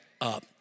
up